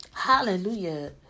Hallelujah